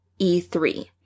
E3